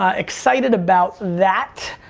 ah excited about that.